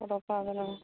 बर'खौ हागोन औ